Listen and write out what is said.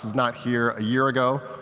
not here a year ago.